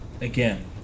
Again